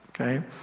okay